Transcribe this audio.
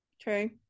True